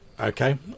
okay